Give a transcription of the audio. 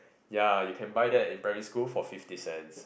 ya you can buy that in primary school for fifty cents